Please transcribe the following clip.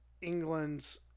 England's